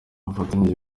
bafatanyije